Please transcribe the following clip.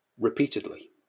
repeatedly